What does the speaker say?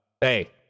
hey